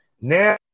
now